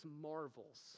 marvels